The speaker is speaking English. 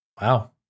Wow